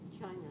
China